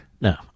No